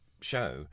show